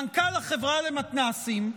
מנכ"ל החברה למתנ"סים,